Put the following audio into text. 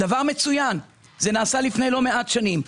דבר מצוין, וזה נעשה לפני לא מעט שנים.